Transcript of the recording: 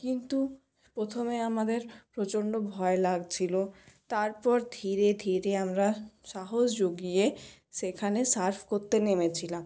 কিন্তু প্রথমে আমাদের প্রচন্ড ভয় লাগছিলো তারপর ধীরে ধীরে আমরা সাহস জুগিয়ে সেখানে সার্ফ করতে নেমেছিলাম